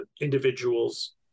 individuals